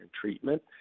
treatment